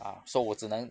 ah so 我只能